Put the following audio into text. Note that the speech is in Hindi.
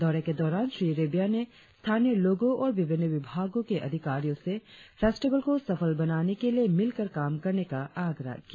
दौरे के दौरान श्री रेबिया ने स्थानीय लोगों और विभिन्न विभागों के अधिकारियों से फेस्टिवल को सफल बनाने के लिए मिलकर काम करने को कहा